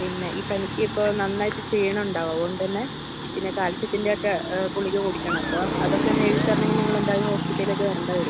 പിന്നെ ഈ പനിക്കിപ്പം നന്നായിട്ട് ക്ഷീണം ഉണ്ടാവും അതുകൊണ്ട് തന്നെ പിന്നെ കാൽസ്യത്തിൻ്റെ ഒക്കെ ഗുളിക കുടിക്കണം അപ്പം അതൊക്കെ ഒന്ന് എഴുതിത്തരണമെങ്കിൽ നിങ്ങൾ എന്തായാലും ഹോസ്പിറ്റലിലേക്ക് വരേണ്ടി വരും